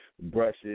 Brushes